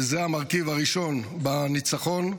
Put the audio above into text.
שזה המרכיב הראשון בניצחון,